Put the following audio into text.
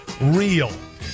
real